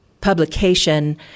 publication